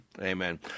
Amen